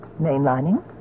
Mainlining